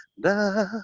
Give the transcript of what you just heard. da